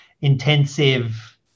intensive